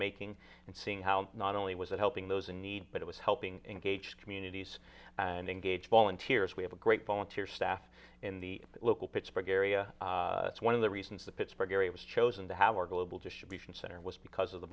making and seeing how not only was it helping those in need but it was helping engage communities and engage volunteers we have a great volunteer staff in the local pittsburgh area one of the reasons the pittsburgh area was chosen to have our global distribution center was because of the